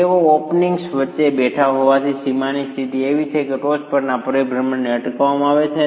તેઓ ઓપનિંગ્સ વચ્ચે બેઠા હોવાથી સીમાની સ્થિતિ એવી છે કે ટોચ પરના પરિભ્રમણને અટકાવવામાં આવે છે